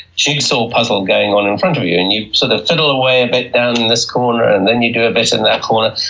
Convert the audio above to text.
jigsaw puzzle going on in front of you! and you sort of fiddle away down in this corner, and then you do a bit in that corner,